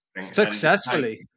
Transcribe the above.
successfully